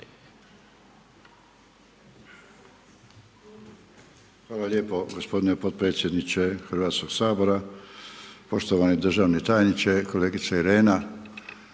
Hvala lijepo gospodine potpredsjedniče Hrvatskog sabora. Poštovani državni tajniče, kolegice Irena,